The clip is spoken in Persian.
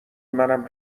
منم